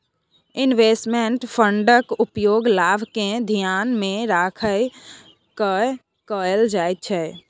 investment फंडक उपयोग लाभ केँ धियान मे राइख कय कअल जाइ छै